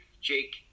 Jake